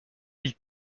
ils